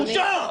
בושה.